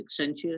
Accenture